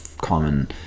common